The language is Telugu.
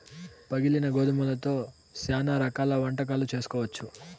పగిలిన గోధుమలతో శ్యానా రకాల వంటకాలు చేసుకోవచ్చు